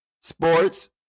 sports